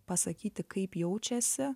pasakyti kaip jaučiasi